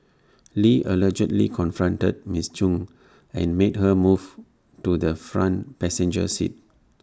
lee allegedly confronted Ms chung and made her move to the front passenger seat